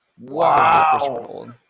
Wow